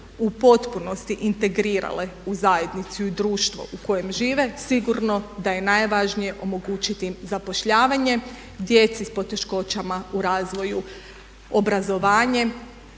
u potpunosti integrirale u zajednicu i u društvo u kojem žive sigurno da je najvažnije omogućiti im zapošljavanje, djeci s poteškoćama u razvoju obrazovanje,